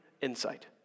insight